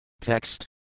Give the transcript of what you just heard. Text